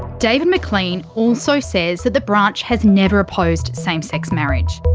david mclean also says that the branch has never opposed same sex marriage.